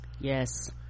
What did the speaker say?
yes